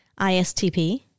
ISTP